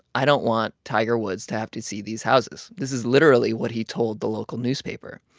i don't want tiger woods to have to see these houses. this is literally what he told the local newspaper.